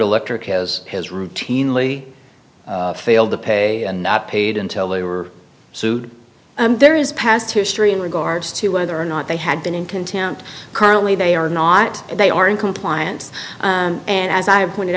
electric has has routinely failed to pay and not paid until they were sued there is past history in regards to whether or not they had been in contempt currently they are not they are in compliance and as i've pointed